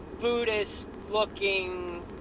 Buddhist-looking